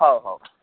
हा भाउ